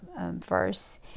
verse